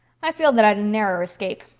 i feel that i'd a narrer escape.